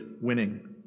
winning